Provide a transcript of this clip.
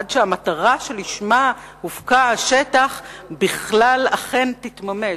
עד שהמטרה שלשמה הופקע השטח בכלל אכן תתממש.